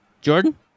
Jordan